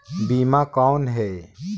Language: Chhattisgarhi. बीमा कौन है?